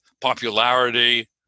popularity